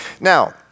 Now